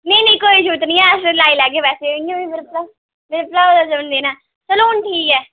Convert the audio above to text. नेईं नेईं कोई जरूरत निं ऐ अस लाई लैह्गे वैसे इ'यां बी मेरे भ्राऊ मेरे भ्राऊ दा जन्मदिन ऐ